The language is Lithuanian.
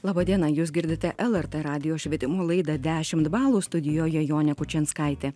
laba diena jūs girdite lrt radijo švietimo laidą dešimt balų studijoje jonė kučinskaitė